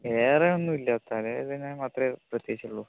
വേറെ ഒന്നുമില്ല തലവേദന മാത്രമേ പ്രത്യേകിച്ചുള്ളൂ